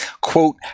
quote